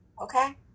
okay